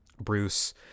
Bruce